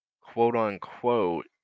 quote-unquote